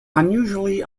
unusually